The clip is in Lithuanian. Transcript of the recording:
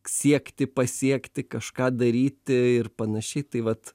siekti pasiekti kažką daryti ir panašiai tai vat